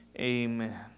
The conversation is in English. amen